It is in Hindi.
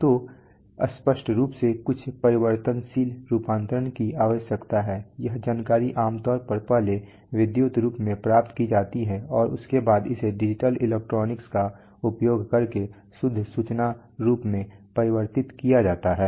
तो स्पष्ट रूप से कुछ परिवर्तनशील रूपांतरण की आवश्यकता है यह जानकारी आम तौर पर पहले विद्युत रूप में प्राप्त की जाती है और उसके बाद इसे डिजिटल इलेक्ट्रॉनिक्स का उपयोग करके शुद्ध सूचना रूप में परिवर्तित किया जाता है